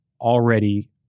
already